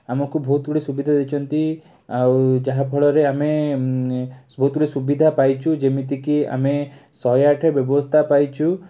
ଆମକୁ ବହୁତ ଗୁଡ଼ିଏ ସୁବିଧା ଦେଇଛନ୍ତି ଆଉ ଯାହାଫଳରେ ଆମେ ବହୁତ ଗୁଡ଼ିଏ ସୁବିଧା ପାଇଛୁ ଯେମିତି କି ଆମେ ଶହେ ଆଠ ବ୍ୟବସ୍ଥା ପାଇଛୁ